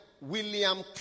William